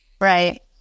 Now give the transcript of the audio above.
Right